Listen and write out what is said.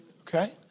Okay